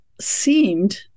seemed